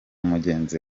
mugenzi